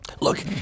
Look